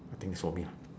nothing is for me ah